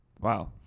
Wow